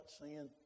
sin